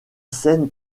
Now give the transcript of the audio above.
scène